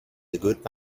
good